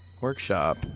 workshop